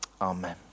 Amen